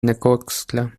necoxtla